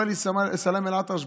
אומר לי סלאמה אל-אטרש,